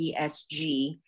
ESG